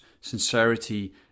sincerity